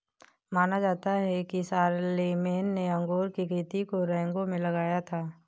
माना जाता है कि शारलेमेन ने अंगूर की खेती को रिंगौ में लाया था